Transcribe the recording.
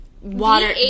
water